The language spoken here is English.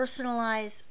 personalize